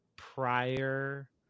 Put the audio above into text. prior